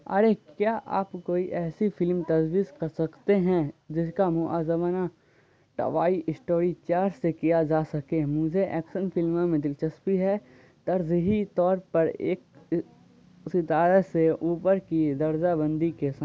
ارے کیا آپ کوئی ایسی فلم تجویز کر سکتے ہیں جس کا موازنہ ٹوائی اسٹوری چار سے کیا جا سکے مجھے ایکشن فلموں میں دلچسپی ہے ترجیحی طور پر ایک ستارہ سے اوپر کی درزہ بندی کے ساتھ